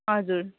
हजुर